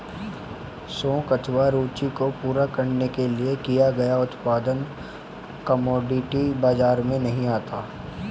शौक अथवा रूचि को पूरा करने के लिए किया गया उत्पादन कमोडिटी बाजार में नहीं आता